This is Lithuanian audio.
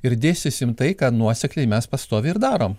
ir dėstysim tai ką nuosekliai mes pastoviai ir darom